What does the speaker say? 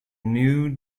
new